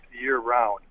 year-round